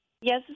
yes